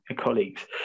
colleagues